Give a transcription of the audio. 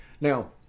Now